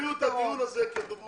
תביאו לבג"צ את הדיון הזה כדוגמה.